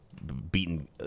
beaten